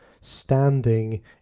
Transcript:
standing